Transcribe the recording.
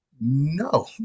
No